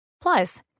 Plus